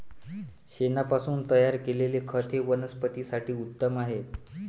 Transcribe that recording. शेणापासून तयार केलेले खत हे वनस्पतीं साठी उत्तम आहे